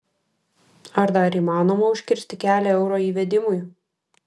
ar dar įmanoma užkirsti kelią euro įvedimui